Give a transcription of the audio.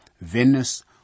Venus